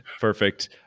Perfect